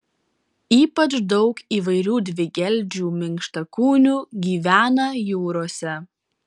ypač daug įvairių dvigeldžių minkštakūnių gyvena jūrose